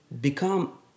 become